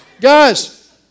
Guys